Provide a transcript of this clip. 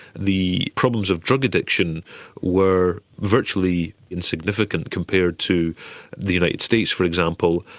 the problems of drug addiction were virtually insignificant compared to the united states, for example,